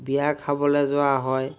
বিয়া খাবলৈ যোৱা হয়